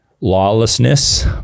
lawlessness